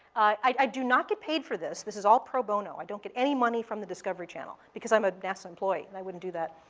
i do not get paid for this. this is all pro bono. i don't get any money from the discovery channel because i'm a nasa employee, and i wouldn't do that.